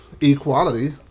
equality